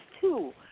two